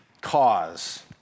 cause